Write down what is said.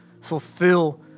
fulfill